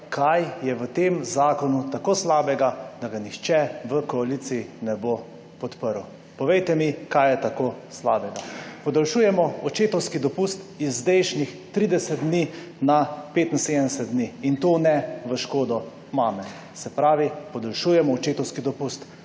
kaj je v tem zakonu tako slabega, da ga nihče v koaliciji ne bo podprl. Povejte mi, kaj je tako slabega. Podaljšujemo očetovski dopust iz zdajšnjih 30 dni na 75 dni. In to ne v škodo mame. Se pravi, podaljšujemo očetovski dopust.